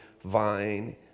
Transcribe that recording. vine